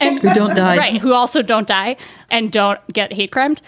and don't die who also don't die and don't get hate crimes?